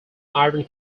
iron